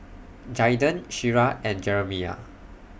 Jaiden Shira and Jeramiah